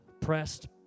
pressed